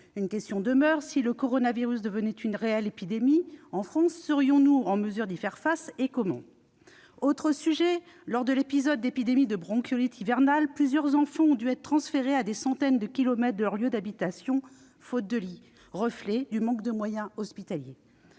Une question demeure : si une réelle épidémie se développait dans notre pays, serions-nous en mesure d'y faire face, et comment ? D'autre part, lors de l'épisode épidémique de bronchiolite hivernale, plusieurs enfants ont dû être transférés à des centaines de kilomètres de leur lieu d'habitation, faute de lits- reflet du manque de moyens hospitaliers.